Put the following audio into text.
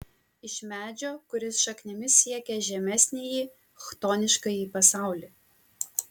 iš medžio kuris šaknimis siekia žemesnįjį chtoniškąjį pasaulį